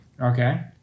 Okay